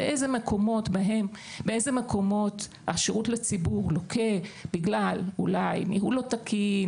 באיזה מקומות השירות לציבור לוקה בגלל אולי ניהול לא תקין,